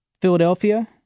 Philadelphia